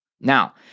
Now